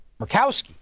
Murkowski